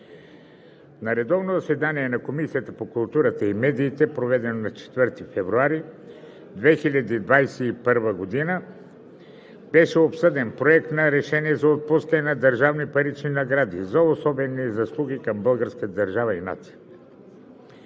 На редовно заседание на Комисията по културата и медиите, проведено на 4 февруари 2021 г., беше обсъден Проект на решение за отпускане на държавни парични награди за особени заслуги към българската държава и нацията,